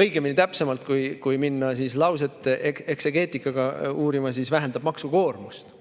Õigemini täpsemalt, kui minna lauset eksegeetikaga uurima, siis vähendab maksukoormust